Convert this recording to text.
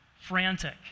frantic